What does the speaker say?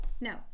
No